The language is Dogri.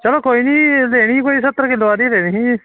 ते चलो कोई निं सत्तर किलो हारी लेनी ही